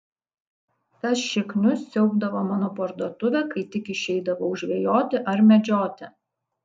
tas šiknius siaubdavo mano parduotuvę kai tik išeidavau žvejoti ar medžioti